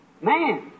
Man